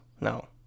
no